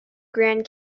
grand